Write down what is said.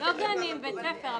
לא גנים, בית ספר.